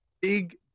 big